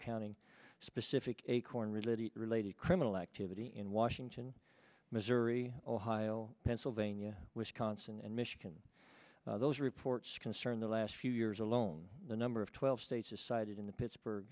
counting specific acorn relate it related criminal activity in washington missouri ohio pennsylvania wisconsin and michigan those reports concern the last few years alone the number of twelve states decided in the pittsburgh